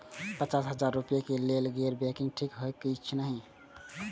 पचास हजार रुपए के लेल गैर बैंकिंग ठिक छै कि नहिं?